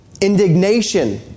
Indignation